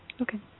Okay